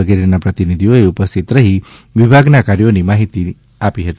વગેરેના પ્રતિનિધિઓએ ઉપસ્થિત રહી વિભાગના કાર્યાની માહિતી આપી હતી